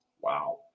Wow